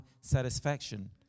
satisfaction